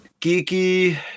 Geeky